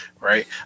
right